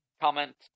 comment